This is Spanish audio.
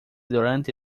durante